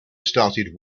started